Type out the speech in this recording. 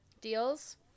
deals